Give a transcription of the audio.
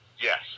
yes